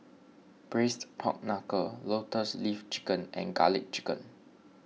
Braised Pork Knuckle Lotus Leaf Chicken and Garlic Chicken